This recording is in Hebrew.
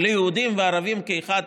יהודים וערבים כאחד,